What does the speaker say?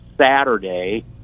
saturday